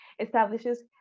establishes